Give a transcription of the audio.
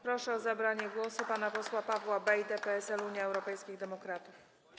Proszę o zabranie głosu pana posła Pawła Bejdę, PSL - Unia Europejskich Demokratów.